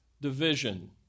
division